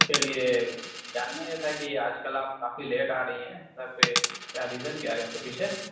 اس کے لیے جاننا یہ تھا کہ آج کل آپ کافی لیٹ آ رہی ہیں سب یہ کیا ریزن کیا ہے اس کے پیھے